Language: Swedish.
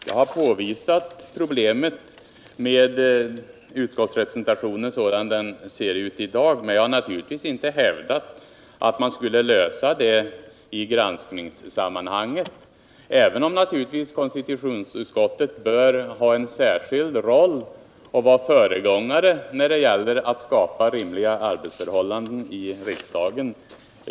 Herr talman! Jag har påvisat problemet med utskottsrepresentationen sådan den ser ut i dag, men jag har naturligtvis inte hävdat att man skulle lösa det i granskningssammanhang —- även om naturligtvis konstitutionsutskottet bör ha en särskild roll och vara föregångare när det gäller att skapa rimliga arbetsförhållanden i riksdagen.